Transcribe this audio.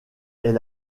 est